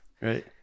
right